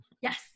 Yes